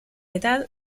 edad